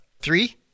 three